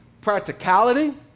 Practicality